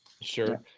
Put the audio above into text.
Sure